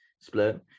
split